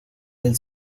del